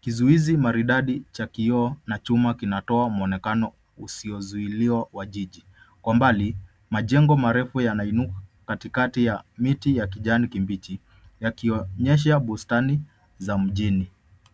Kizuizi maridadi cha kioo na chuma kinatoa muonekano usio ziuliwa kwa jiji. Kwa mbali majengo marefu yanainuka katikati ya miti ya kijani kibichi yakionyesha bustani za mjini.